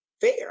fair